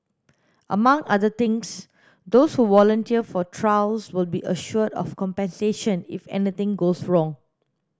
among other things those who volunteer for trials will be assured of compensation if anything goes wrong